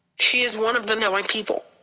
she is one of the knowing people.